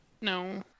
No